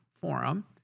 Forum